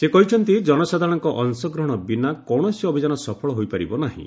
ସେ କହିଛନ୍ତି ଜନସାଧାରଣଙ୍କ ଅଂଶଗ୍ରହଣ ବିନା କୌଣସି ଅଭିଯାନ ସଫଳ ହୋଇପାରିବ ନାହିଁ